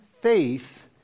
faith